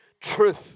truth